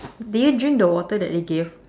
did you drink the water that they gave